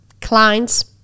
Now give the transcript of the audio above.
clients